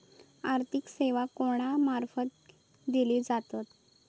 आर्थिक सेवा कोणा मार्फत दिले जातत?